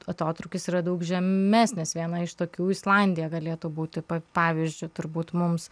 atotrūkis yra daug žemesnis viena iš tokių islandija galėtų būti pavyzdžiu turbūt mums